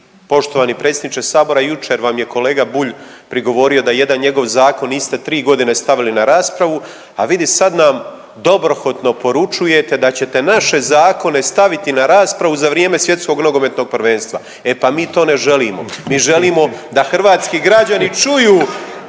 Poštovani predsjedniče sabora jučer vam je kolega Bulj prigovorio da jedan njegov zakon niste 3.g. stavili na raspravu, a vidi sad nam dobrohotno poručujete da ćete naše zakone staviti na raspravu za vrijeme Svjetskog nogometnog prvenstva, e pa mi to ne želimo, mi želimo da hrvatski građani čuju